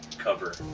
Cover